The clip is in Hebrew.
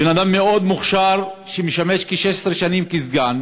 בן-אדם מאוד מוכשר, שמשמש כ-16 שנים כסגן